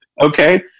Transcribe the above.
Okay